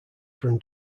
from